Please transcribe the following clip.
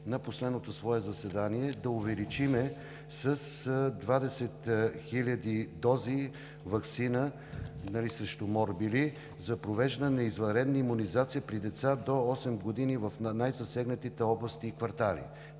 на последното свое заседание да увеличим с 20 хиляди дози ваксина срещу морбили за провеждане на извънредна имунизация при деца до 8 години в най-засегнатите области и квартали.